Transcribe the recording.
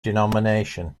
denomination